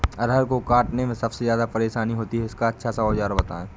अरहर को काटने में सबसे ज्यादा परेशानी होती है इसका अच्छा सा औजार बताएं?